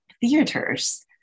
theaters